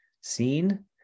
seen